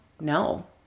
no